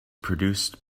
produced